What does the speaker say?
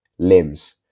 Limbs